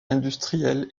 industriel